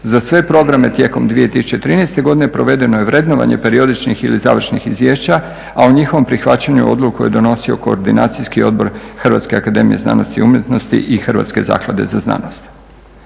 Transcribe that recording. Za sve programe tijekom 2013. godine provedeno je vrednovanje periodičnih ili završnih izvješća, a o njihovom prihvaćanju odluku je donosio koordinacijski odbor HAZU i Hrvatske zaklade za znanost.